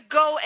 go